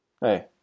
Hey